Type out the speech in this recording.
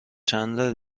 چندلر